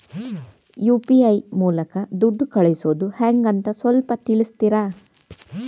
UPI ಮೂಲಕ ದುಡ್ಡು ಕಳಿಸೋದ ಹೆಂಗ್ ಅಂತ ಸ್ವಲ್ಪ ತಿಳಿಸ್ತೇರ?